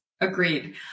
Agreed